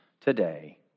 today